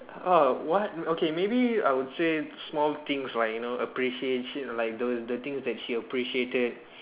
!wow! what okay maybe I would say small things like you know appreciation like those the things she appreciated